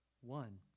one